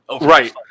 Right